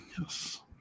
Yes